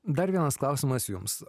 dar vienas klausimas jums